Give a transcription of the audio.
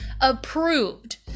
approved